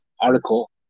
article